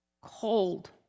cold